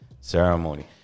ceremony